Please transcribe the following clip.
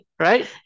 Right